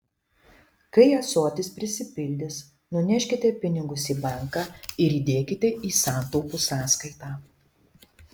kai ąsotis prisipildys nuneškite pinigus į banką ir įdėkite į santaupų sąskaitą